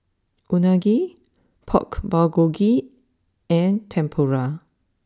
Unagi Pork Bulgogi and Tempura